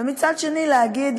ומצד שני להגיד,